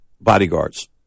bodyguards